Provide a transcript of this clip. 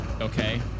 Okay